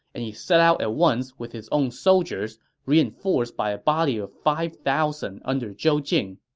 and he set out at once with his own soldiers, reinforced by a body of five thousand under zhou jing.